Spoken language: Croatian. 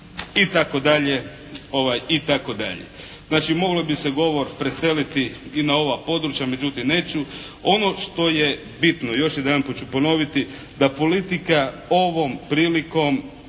Itd, itd. Znači, moglo bi se govor preseliti i na ova područja. Međutim, neću. Ono što je bitno, još jedanput ću ponoviti, da politika ovom prilikom